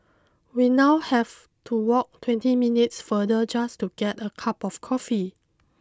we now have to walk twenty minutes further just to get a cup of coffee